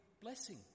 blessing